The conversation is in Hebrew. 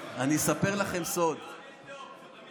אני אספר לכם סוד, לא, זה לא ספין.